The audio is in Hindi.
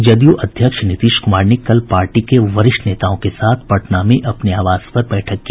जदयू अध्यक्ष नीतीश कुमार ने कल पार्टी के वरिष्ठ नेताओं के साथ पटना में अपने आवास पर बैठक की